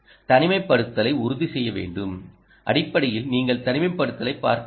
தனிமைப்படுத்தலை உறுதி செய்யவேண்டும் அடிப்படையில் நீங்கள் தனிமைப்படுத்தலைப் பார்க்க வேண்டும்